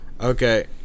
Okay